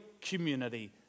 community